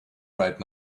right